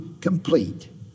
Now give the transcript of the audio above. complete